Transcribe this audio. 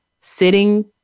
sitting